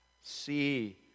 See